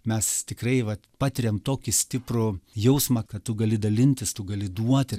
mes tikrai vat patiriam tokį stiprų jausmą kad tu gali dalintis tu gali duoti